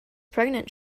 pregnant